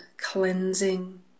cleansing